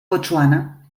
botswana